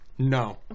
no